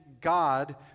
God